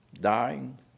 dying